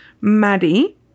Maddie